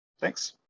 thanks